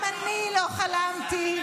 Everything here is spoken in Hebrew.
גם אני לא חלמתי.